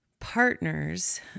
Partners